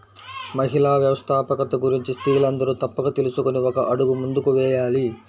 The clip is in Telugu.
మహిళా వ్యవస్థాపకత గురించి స్త్రీలందరూ తప్పక తెలుసుకొని ఒక అడుగు ముందుకు వేయాలి